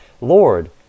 Lord